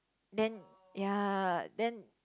then ya then